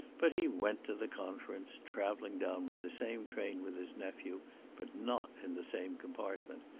but he went to the conference, travelling down by the same train with his nephew but not in the same compartment,